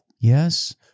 Yes